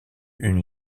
une